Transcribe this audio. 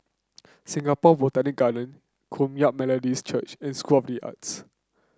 Singapore Botanic Garden Kum Yan Methodist Church and School of the Arts